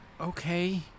Okay